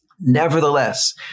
Nevertheless